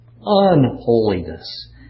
unholiness